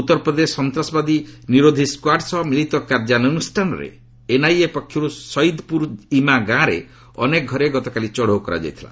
ଉତ୍ତର ପ୍ରଦେଶ ସନ୍ତାସବବାଦୀ ନିରୋଧ ସ୍କ୍କାଡ଼ ସହ ମିଳିତ କାର୍ଯ୍ୟାନ୍ରଷ୍ଠାନରେ ଏନ୍ଆଇଏ ପକ୍ଷର୍ ସଇଦ୍ପ୍ରର ଇମ୍ମା ଗାଁରେ ଅନେକ ଘରେ ଗତକାଲି ଚଢ଼ାଉ କରିଥିଲା